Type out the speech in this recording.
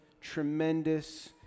tremendous